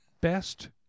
Best